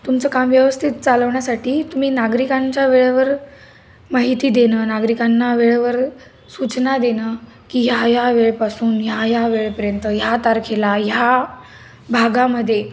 तुमचं काम व्यवस्थित चालवण्यासाठी तुम्ही नागरिकांच्या वेळेवर माहिती देणं नागरिकांना वेळेवर सूचना देणं की ह्या ह्या वेळपासून ह्या ह्या वेळपर्यंत ह्या तारखेला ह्या भागामध्ये